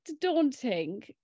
daunting